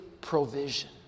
provision